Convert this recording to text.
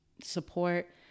support